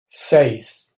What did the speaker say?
seis